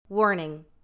Warning